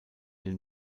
den